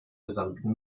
gesamten